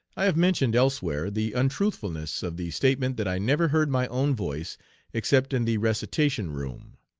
i have mentioned elsewhere the untruthfulness of the statement that i never heard my own voice except in the recitation-room.